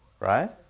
right